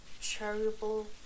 charitable